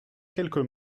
quelques